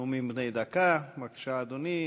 בנאום בן דקה, בבקשה, אדוני.